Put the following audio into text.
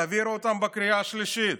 תעבירו אותם בקריאה השלישית,